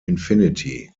infinity